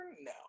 no